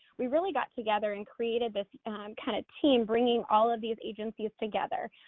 we really got together and created this kind of team bringing all of these agencies together,